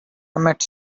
emmett